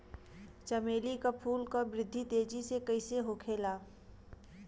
चमेली क फूल क वृद्धि तेजी से कईसे होखेला?